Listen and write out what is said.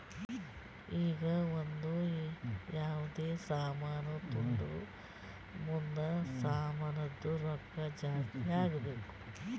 ಈಗ ಒಂದ್ ಯಾವ್ದೇ ಸಾಮಾನ್ ತೊಂಡುರ್ ಮುಂದ್ನು ಸಾಮಾನ್ದು ರೊಕ್ಕಾ ಜಾಸ್ತಿ ಆಗ್ಬೇಕ್